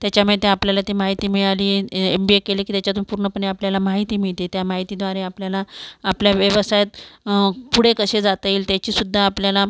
त्याच्यामे ते आपल्याला ते माहिती मिळाली एम बी ए केलं की त्याच्यातून पूर्णपणे माहिती मिळते त्या माहितीद्वारे आपल्याला आपल्या व्यवसायात पुढे कसे जाता येईल त्याचीसुद्धा आपल्याला